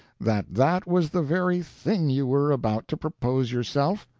that that was the very thing you were about to propose yourself?